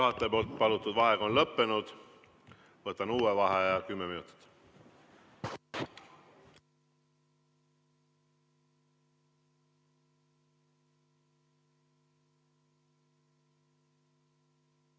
on lõppenud. Võtan uue vaheaja kümme minutit.